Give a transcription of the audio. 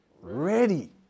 Ready